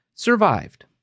survived